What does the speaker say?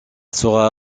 sera